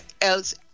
else